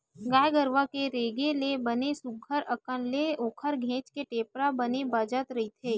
गाय गरुवा के रेगे ले बने सुग्घर अंकन ले ओखर घेंच के टेपरा बने बजत रहिथे